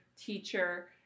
teacher